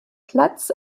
platz